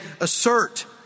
assert